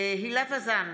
הילה וזאן,